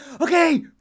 Okay